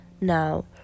Now